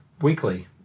weekly